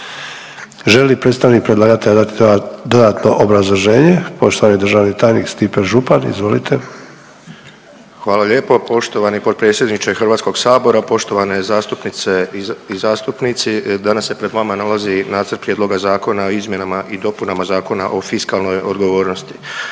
li predstavnik predlagatelja dati dodatno obrazloženje? Poštovani državni tajnik Stipe Župan, izvolite. **Župan, Stipe** Hvala lijepo poštovani potpredsjedniče HS-a, poštovane zastupnice i zastupnici. Danas se pred vama nalazi Nacrt Prijedloga zakona o izmjenama i dopunama Zakona o fiskalnoj odgovornosti.